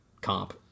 comp